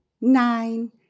nine